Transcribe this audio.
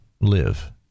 live